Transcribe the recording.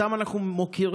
אותם אנחנו מוקירים.